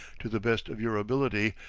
to the best of your ability,